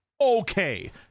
okay